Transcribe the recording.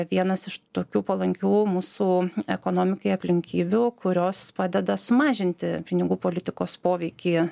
vienas iš tokių palankių mūsų ekonomikai aplinkybių kurios padeda sumažinti pinigų politikos poveikį